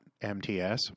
MTS